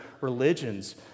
religions